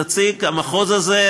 שנציג המחוז הזה,